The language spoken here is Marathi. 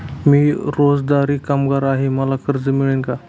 मी रोजंदारी कामगार आहे मला कर्ज मिळेल का?